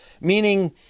meaning